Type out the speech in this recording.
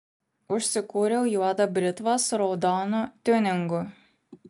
užsikūriau juodą britvą su raudonu tiuningu